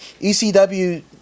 ECW